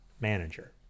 Manager